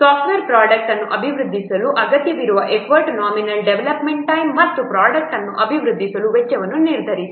software product ಅನ್ನು ಅಭಿವೃದ್ಧಿಪಡಿಸಲು ಅಗತ್ಯವಿರುವ ಎಫರ್ಟ್ ನಾಮಿನಲ್ ಡೆವಲಪ್ಮೆಂಟ್ ಟೈಮ್ ಮತ್ತು ಪ್ರೊಡಕ್ಟ್ ಅನ್ನು ಅಭಿವೃದ್ಧಿಪಡಿಸಲು ವೆಚ್ಚವನ್ನು ನಿರ್ಧರಿಸಿ